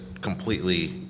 completely